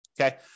Okay